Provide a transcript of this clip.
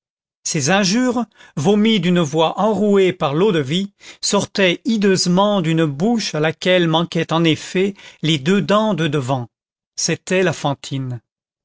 ces injures vomies d'une voix enrouée par l'eau-de-vie sortaient hideusement d'une bouche à laquelle manquaient en effet les deux dents de devant c'était la fantine